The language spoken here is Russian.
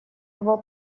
его